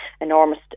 enormous